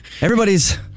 Everybody's